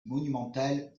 monumental